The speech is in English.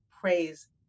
praise